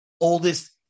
oldest